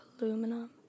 Aluminum